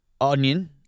onion